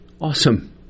awesome